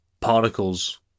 particles